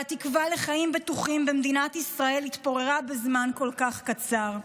והתקווה לחיים בטוחים במדינת ישראל התפוררו בזמן כל כך קצר.